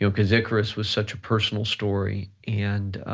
so cause icarus was such a personal story, and